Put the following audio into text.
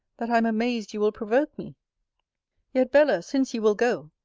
that i am amazed you will provoke me yet, bella, since you will go,